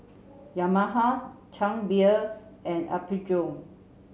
Yamaha Chang Beer and Apgujeong